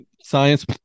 Science